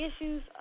issues